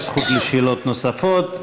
יש זכות לשאלות נוספות,